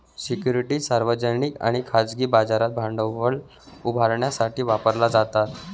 securities सार्वजनिक आणि खाजगी बाजारात भांडवल उभारण्यासाठी वापरल्या जातात